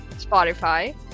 Spotify